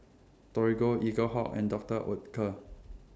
Torigo Eaglehawk and Doctor Oetker